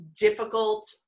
difficult